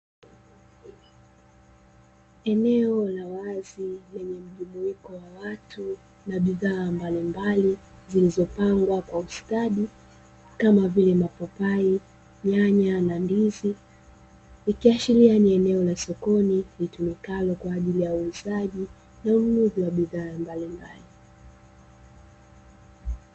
Eneo la wazi lenye mjumuiko wa watu na bidhaa mbalimbali zilizopangwa kwa ustadi kama vile: mapapai, nyanya na ndizi ikiashiria kuwa ni eneo la sokoni litumikalo kwa ajili ya uuzaji na ununuzi wa bidhaa mbalimbali.